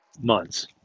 months